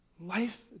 Life